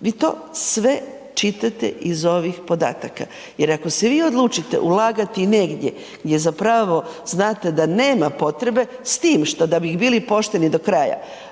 vi to sve čitate iz ovih podataka, jer ako se vi odlučite ulagati negdje gdje zapravo znate da nema potrebe, s tim što da bi bili pošteni do kraja,